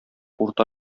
урта